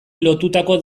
lotutako